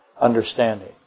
understanding